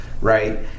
right